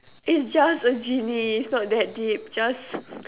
it's just a genie it's not that deep